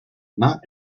not